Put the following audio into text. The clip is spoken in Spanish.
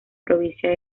provincia